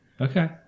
Okay